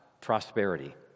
prosperity